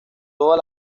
todas